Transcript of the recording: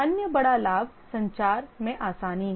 अन्य बड़ा लाभ संचार में आसानी है